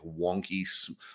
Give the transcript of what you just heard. wonky